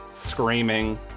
screaming